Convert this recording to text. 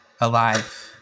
Alive